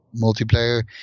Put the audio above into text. multiplayer